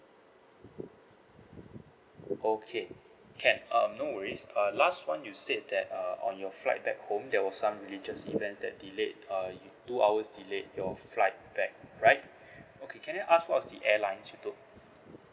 okay can um no worries uh last one you said that uh on your flight back home there was some religious event that delayed uh you two hours delayed your flight back right okay can I ask what's the airlines you took